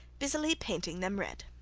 busily painting them red.